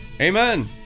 Amen